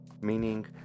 Meaning